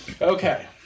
Okay